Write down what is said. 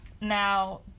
now